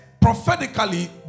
prophetically